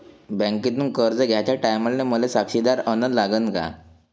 बँकेतून कर्ज घ्याचे टायमाले मले साक्षीदार अन लागन का?